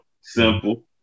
simple